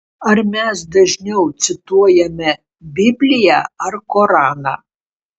ar mes dažniau cituojame bibliją ar koraną